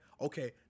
okay